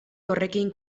horrekin